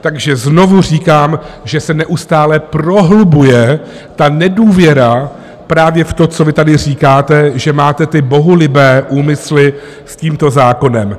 Takže znovu říkám, že se neustále prohlubuje ta nedůvěra právě v to, co vy tady říkáte, že máte ty bohulibé úmysly tímto zákonem.